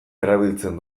erabiltzen